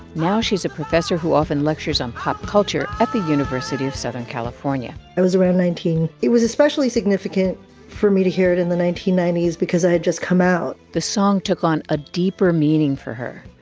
now she's a professor who often lectures on pop culture at the university of southern california i was around nineteen. it was especially significant for me to hear it in the nineteen ninety s because i had just come out the song took on a deeper meaning for her.